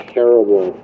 terrible